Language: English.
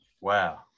Wow